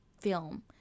film